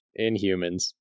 Inhumans